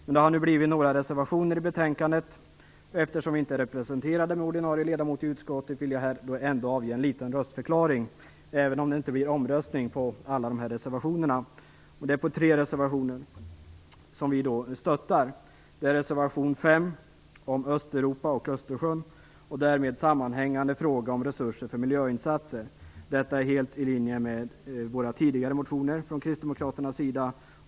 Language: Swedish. Det finns några reservationer i betänkandet, och eftersom vi inte är representerade med någon ordinarie ledamot i utskottet vill jag här ändå avge en liten röstförklaring, även om det inte blir omröstning om alla de här reservationerna. Det gäller tre reservationer, som vi stöttar. För det första är det reservation 5 om Östeuropa och Östersjön och den därmed sammanhängande frågan om resurser för miljöinsatser. Detta är helt i linje med tidigare motioner från kristdemokraterna.